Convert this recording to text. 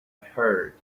heard